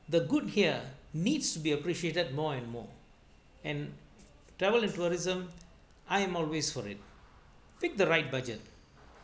the good here needs to be appreciated more and more and travel and tourism I'm always for it fit the right budget